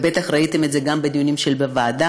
ובטח ראיתם את זה גם בדיונים בוועדה,